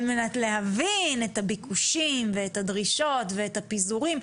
על מנת להבין את הביקושים ואת הדרישות ואת הפיזורים,